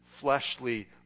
fleshly